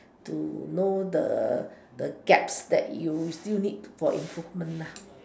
to know the the gaps that you still need for improvement lah